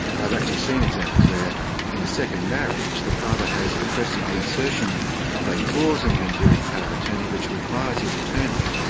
and i've actually seen examples where in a second marriage the father has requested the insertion of a clause in the enduring power of attorney which requires his attorney,